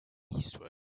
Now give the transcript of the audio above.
eastward